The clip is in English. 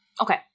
okay